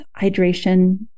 hydration